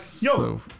yo